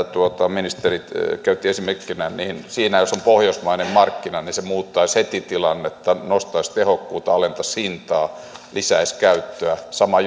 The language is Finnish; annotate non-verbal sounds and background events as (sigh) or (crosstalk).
ministerit käyttivät esimerkkinä siinä jos on pohjoismainen markkina se muuttaisi heti tilannetta nostaisi tehokkuutta alentaisi hintaa lisäisi käyttöä sama (unintelligible)